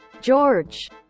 George